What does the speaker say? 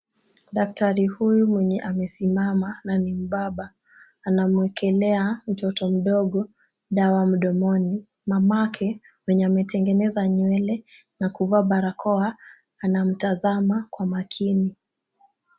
Daktari huyu mwenye amesimama ni mbaba anamwekelea mtoto mdogo dawa mdomoni. Mamake mwenye ametengeneza nywele na kuvaa barakoa. Anamtazama kwa makini.